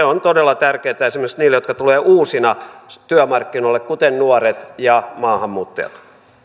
on todella tärkeätä esimerkiksi niille jotka tulevat uusina työmarkkinoille kuten nuoret ja maahanmuuttajat